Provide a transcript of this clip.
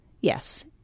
yes